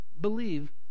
believe